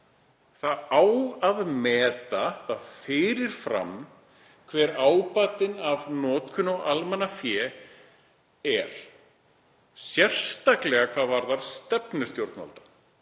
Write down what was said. Það á að meta það fyrir fram hver ábatinn af notkun á almannafé er, sérstaklega hvað varðar stefnu stjórnvalda.